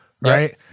right